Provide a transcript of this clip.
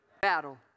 battle